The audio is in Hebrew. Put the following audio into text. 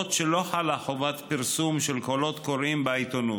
למרות שלא חלה חובת פרסום של קולות קוראים בעיתונות.